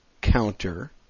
Counter